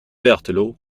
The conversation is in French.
berthelot